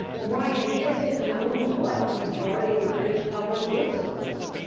ryan, is it known what a majority of the british public would support?